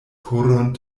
koron